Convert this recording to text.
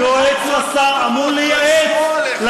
הוא ייתן לך עצות, הוא ישמור עליך.